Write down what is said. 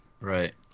Right